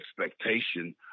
expectation